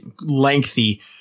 lengthy